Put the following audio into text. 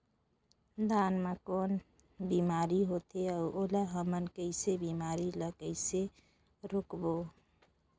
धान मा कौन बीमारी होथे अउ ओला हमन कइसे बीमारी ला कइसे रोकबो?